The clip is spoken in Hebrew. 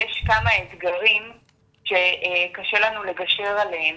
יש כמה אתגרים שקשה לנו לגשר אליהם.